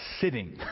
sitting